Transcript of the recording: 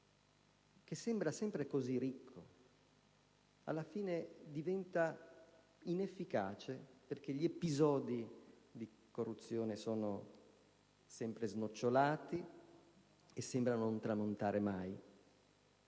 che sembra sempre così ricco, alla fine diventa inefficace perché gli episodi di corruzione sono sempre snocciolati e sembrano non tramontare mai.